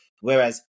Whereas